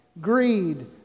greed